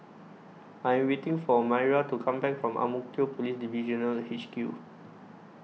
I Am waiting For Myra to Come Back from Ang Mo Kio Police Divisional H Q